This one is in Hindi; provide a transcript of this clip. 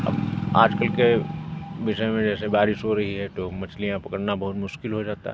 अब आज कल के विषय में जैसे बारिश हो रही है तो मछलियां पकड़ना बहुत मुश्किल हो जाता है